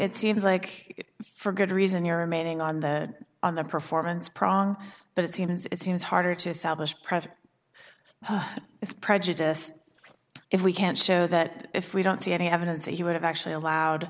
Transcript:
it seems like it for good reason your remaining on the on the performance pronk but it seems it seems harder to solve this president is prejudiced if we can't show that if we don't see any evidence that he would have actually allowed